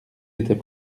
était